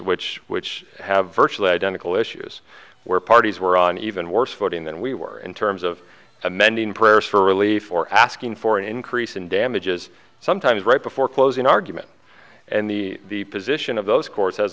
which which have virtually identical issues where parties were on even worse footing than we were in terms of amending prayers for relief or asking for an increase in damages sometimes right before closing argument and the position of